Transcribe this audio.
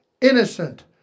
innocent